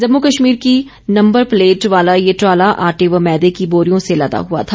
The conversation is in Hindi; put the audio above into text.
जम्मू कश्मीर की नम्बर प्लेट वाला ये ट्राला आटे व मैदे की बोरियों से लदा हआ था